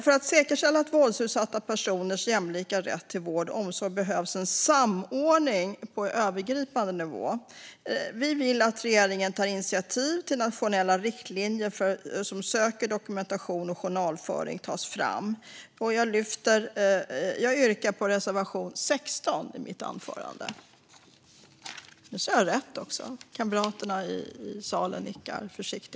För att säkerställa våldsutsatta personers jämlika rätt till vård och omsorg behövs en samordning på övergripande nivå. Vi vill att regeringen tar initiativ till nationella riktlinjer så att säker dokumentation och journalföring tas fram. Jag yrkar bifall till reservation 16. Fru talman!